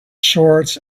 shorts